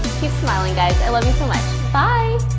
keep smiling guys. i love you so like